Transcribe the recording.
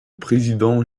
président